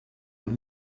man